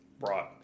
brought